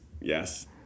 Yes